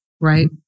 right